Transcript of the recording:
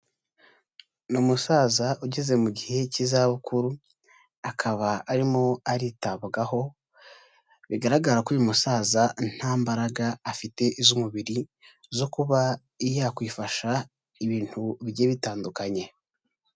Ni umusaza ugeze mu gihe cy'izabukuru, akaba arimo aritabwagaho. Bigaragara ko uyu musaza nta mbaraga afite z'umubiri zo kuba yakwifasha ibintu bijye bitandukanye.